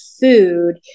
food